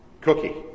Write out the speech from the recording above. cookie